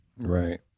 right